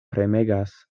premegas